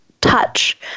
touch